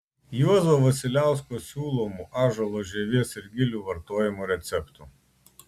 juozo vasiliausko siūlomų ąžuolo žievės ir gilių vartojimo receptų